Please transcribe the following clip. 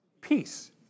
peace